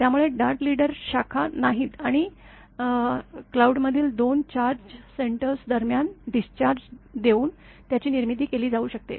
त्यामुळे डार्ट लीडरला शाखा नाहीत आणि क्लाउडमधील दोन चार्ज सेंटर्सदरम्यान डिस्चार्ज देऊन त्याची निर्मिती केली जाऊ शकते